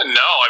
no